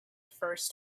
first